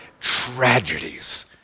tragedies